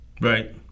Right